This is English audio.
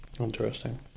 Interesting